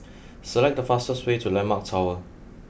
select the fastest way to Landmark Tower